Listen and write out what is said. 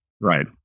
Right